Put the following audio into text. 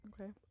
okay